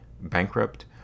bankrupt